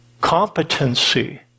Competency